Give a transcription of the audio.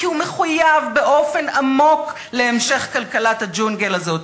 כי הוא מחויב באופן עמוק להמשך כלכלת הג'ונגל הזאת,